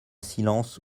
silence